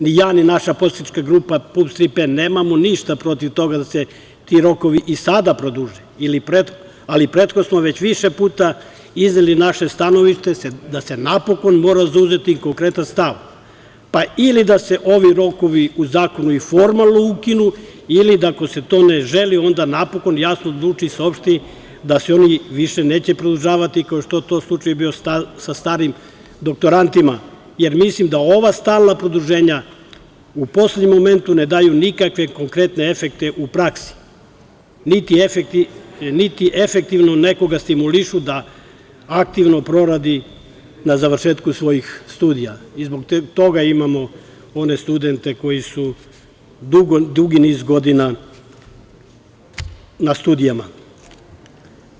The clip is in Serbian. Ni ja ni naša poslanička grupa PUPS-Tri P nemamo ništa protiv toga da se ti rokovi i sada produže, ali prethodno smo već više puta izneli naše stanovište da se napokon mora zauzeti konkretan stav, pa ili da se ovi rokovi u zakonu i formalno ukinu ili da ako se to ne želi onda napokon jasno odluči i saopšti da se oni više neće produžavati, kao što je to slučaj bio sa starim doktorantima, jer mislim da ova stalna produženja u poslednjem momentu ne daju nikakve konkretne efekte u praksi, niti efektivno nekoga stimulišu da aktivno poradi na završetku svojih studija i zbog toga imamo one studente koji su dugi niz godina na studijama.